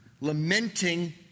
lamenting